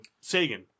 Sagan